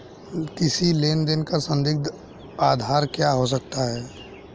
किसी लेन देन का संदिग्ध का आधार क्या हो सकता है?